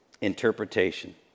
Interpretation